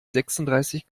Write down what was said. sechsunddreißig